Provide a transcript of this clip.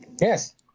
yes